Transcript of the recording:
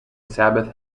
sabbath